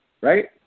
right